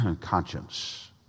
conscience